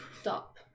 stop